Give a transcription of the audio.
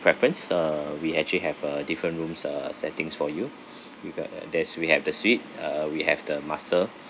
preference uh we actually have a different rooms uh settings for you we've got uh there's we have the suite uh we have the master